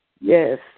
Yes